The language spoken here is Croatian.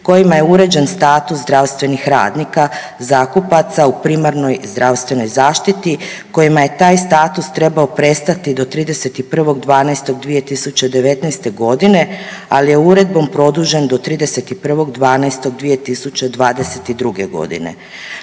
kojima je uređen status zdravstvenih radnika zakupaca u primarnoj zdravstvenoj zaštiti kojima je taj status trebao prestati do 31.12.2019., ali je uredbom produžen do 31.12.2022.g..